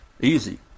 easy